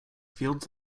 fields